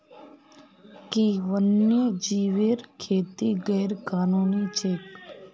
कि वन्यजीवेर खेती गैर कानूनी छेक?